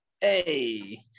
Hey